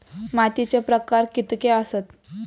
मातीचे प्रकार कितके आसत?